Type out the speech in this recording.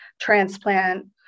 transplant